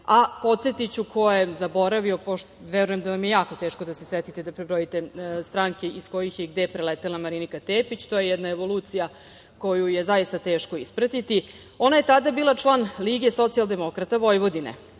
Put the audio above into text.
Jakovljev. Podsetiću, ko je zaboravio, verujem da vam je jako teško da se setite, da prebrojite stranke iz kojih je i gde preletela Marinika Tepić, to je jedna evolucija koju je zaista teško ispratiti, ona je tada bila član Lige socijaldemokrata Vojvodine.U